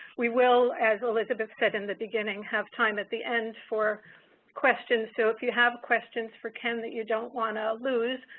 we will, as elizabeth said in the beginning, have time at the end for questions. so, if you have questions for ken that you don't want to lose,